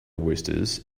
woosters